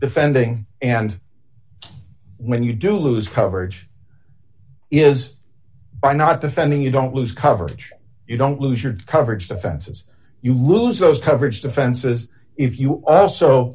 defending and when you do lose coverage is by not defending you don't lose coverage you don't lose your coverage defenses you lose those coverage defenses if you